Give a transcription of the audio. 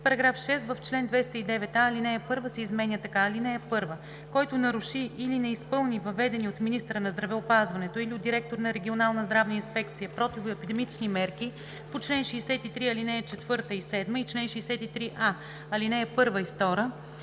– 10: „§ 6. В чл. 209а, ал. 1 се изменя така: „(1) Който наруши или не изпълни въведени от министъра на здравеопазването или от директор на регионална здравна инспекция противоепидемични мерки по чл. 63, ал. 4 или 7 и чл. 63а, ал. 1 или